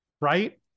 Right